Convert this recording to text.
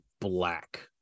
black